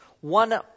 one